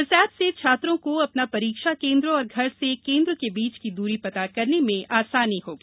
इस ऐप से छात्रों को अपना परीक्षा केंद्र और घर से केंद्र के बीच की दूरी पता करने में आसानी होगी